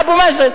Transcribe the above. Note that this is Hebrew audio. על אבו מאזן,